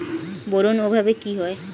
Boron অভাবে কি হয়?